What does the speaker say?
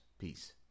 peace